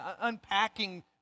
Unpacking